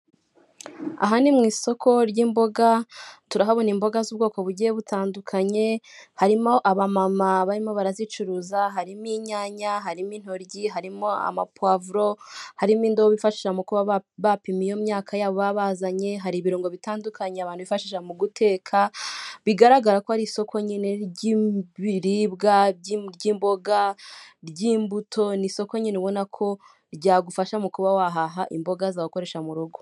Aha ni mu isoko ry'imboga, turahabona imboga z'ubwoko bugiye butandukanye, harimo aba barimo barazicuruza, harimo inyanya, harimo intoryi, harimo amapavuro, harimo indobo bifashisha bapima iyo myaka yabo bazanye, hari ibirungo bitandukanye, abantu bifashisha mu guteka, bigaragara ko ari isoko ry'ibiribwa, ry'imboga, ry'imbuto, isoko nyine ubona ko ryagufasha mu kuba wahaha imboga zawe ukoresha mu rugo.